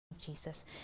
Jesus